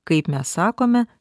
kaip mes sakome